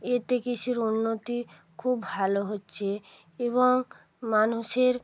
এতে কৃষির উন্নতি খুব ভালো হচ্ছে এবং মানুষের